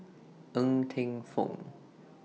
Ng Teng Fong